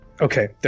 Okay